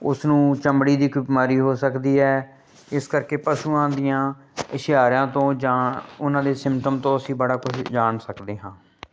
ਉਸ ਨੂੰ ਚਮੜੀ ਦੀ ਇੱਕ ਬਿਮਾਰੀ ਹੋ ਸਕਦੀ ਹੈ ਇਸ ਕਰਕੇ ਪਸ਼ੂਆਂ ਦੀਆਂ ਇਸ਼ਾਰਿਆਂ ਤੋਂ ਜਾਂ ਉਹਨਾਂ ਦੇ ਸਿਮਟਮ ਤੋਂ ਅਸੀਂ ਬੜਾ ਕੁਝ ਜਾਣ ਸਕਦੇ ਹਾਂ